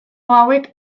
hauek